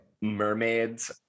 mermaids